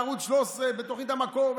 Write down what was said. לערוץ 13 בתוכנית המקור,